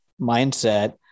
mindset